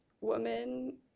woman